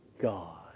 God